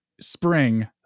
spring